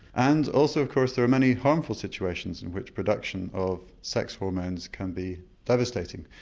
and also of course there are many harmful situations in which production of sex hormones can be devastating.